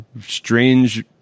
strange